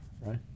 right